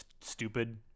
stupid